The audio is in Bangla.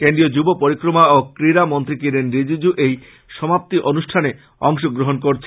কেন্দ্রীয় যুব পরিক্রমা ও ক্রীড়া মন্ত্রী কিরেন রিজিজু এই সমাপ্তি অনুষ্ঠানে অংশ গ্রহন করেছেন